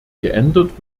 geändert